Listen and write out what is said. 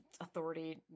authority